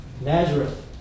Nazareth